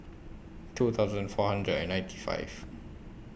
two thousand four hundred and ninety five